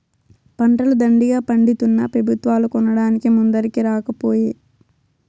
పంటలు దండిగా పండితున్నా పెబుత్వాలు కొనడానికి ముందరికి రాకపోయే